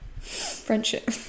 friendship